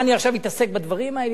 מה אני עכשיו אתעסק בדברים האלה?